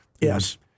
Yes